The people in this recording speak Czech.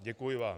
Děkuji vám.